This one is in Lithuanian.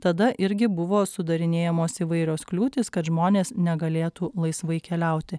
tada irgi buvo sudarinėjamos įvairios kliūtys kad žmonės negalėtų laisvai keliauti